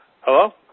Hello